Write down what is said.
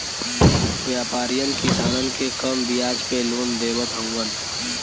व्यापरीयन किसानन के कम बियाज पे लोन देवत हउवन